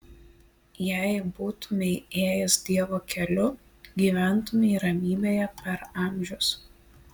jei būtumei ėjęs dievo keliu gyventumei ramybėje per amžius